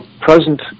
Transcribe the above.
present